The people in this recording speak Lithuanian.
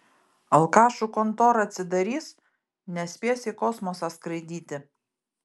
alkašų kontora atsidarys nespės į kosmosą skraidyti